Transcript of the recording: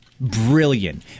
brilliant